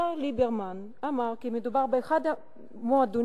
השר ליברמן אמר כי מדובר באחד המועדונים